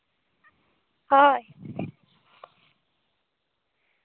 ᱦᱳᱭ